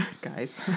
guys